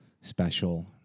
special